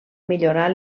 millorar